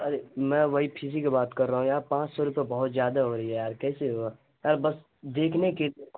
ارے میں وہی فیس ہی کی بات کر رہا ہوں یار پانچ سو روپے بہت زیادہ ہو رہی ہے یار کیسے ہوگا یار سر بس دیکھنے کے